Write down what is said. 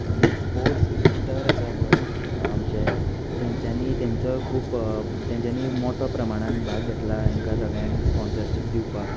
आनी sports minister आसा पळय आमचे तांच्यानी तांचोय खूब तांच्यानी मोटो प्रमाणांत भाग घेतला हांकां सगळ्यांक स्पॉन्सरशीप दिवपाक